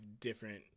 different